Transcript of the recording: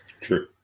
True